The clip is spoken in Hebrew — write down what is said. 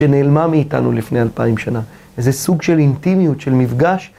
שנעלמה מאיתנו לפני אלפיים שנה, איזה סוג של אינטימיות, של מפגש.